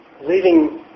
leaving